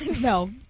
No